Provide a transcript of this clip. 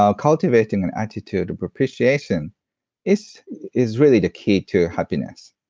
ah cultivating an attitude of appreciation is is really the key to happiness.